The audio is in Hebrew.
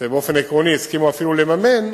שבאופן עקרוני הסכימו אפילו לממן,